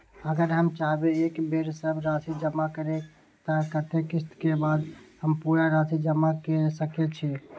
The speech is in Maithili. अगर हम चाहबे एक बेर सब राशि जमा करे त कत्ते किस्त के बाद हम पूरा राशि जमा के सके छि?